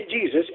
Jesus